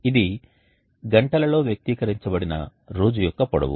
ఇది గంటలలో వ్యక్తీకరించబడిన రోజు యొక్క పొడవు